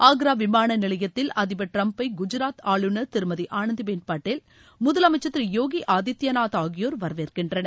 ஆக்ரா விமான நிலையத்தில் அதிபர் டிரம்பை குஜாத் ஆளுநர் திருமதி ஆனந்தி பென் பட்டேல் முதலமைச்சர் திரு யோகி ஆதித்தியநாத் ஆகியோர் வரவேற்கின்றனர்